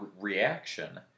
reaction